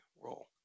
role